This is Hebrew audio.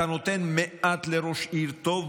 אתה נותן מעט לראש עיר טוב,